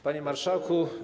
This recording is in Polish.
Panie Marszałku!